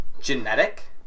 Genetic